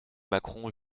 macron